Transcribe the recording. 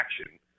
action